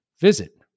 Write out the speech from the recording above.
Visit